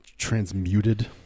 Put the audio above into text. Transmuted